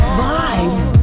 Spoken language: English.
vibes